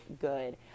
good